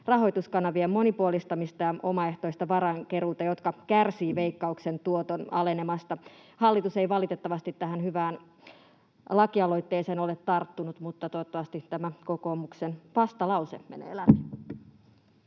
rahoituskanavien monipuolistamista ja omaehtoista varainkeruuta, jotka kärsivät Veikkauksen tuoton alenemasta. Hallitus ei valitettavasti tähän hyvään lakialoitteeseen ole tarttunut, mutta toivottavasti tämä kokoomuksen vastalause menee läpi.